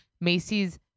Macy's